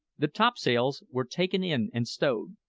the topsails were taken in and stowed,